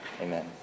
amen